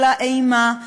של האימה,